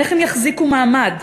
איך הם יחזיקו מעמד?